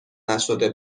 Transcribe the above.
نشده